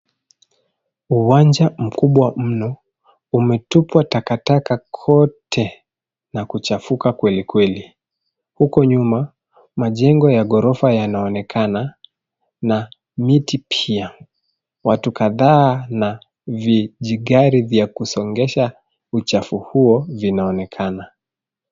Uwanja mkubwa mno. Umetupwa takataka kote na kuchafuka kwelikweli. Huko nyuma majengo ya ghorofa yanaonekana na miti pia. Watu kadhaa, na vijigari vya kusogesha uchafu huo, vinaonekana.